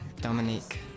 Dominique